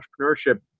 entrepreneurship